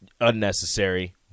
Unnecessary